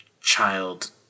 child